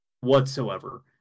whatsoever